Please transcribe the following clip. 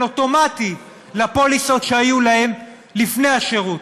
אוטומטי לפוליסות שהיו להם לפני השירות.